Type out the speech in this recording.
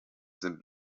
sind